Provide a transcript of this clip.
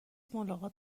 ملاقات